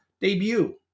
debut